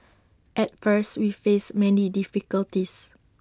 at first we faced many difficulties